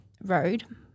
road